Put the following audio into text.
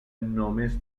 només